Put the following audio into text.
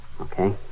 Okay